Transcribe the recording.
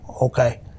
Okay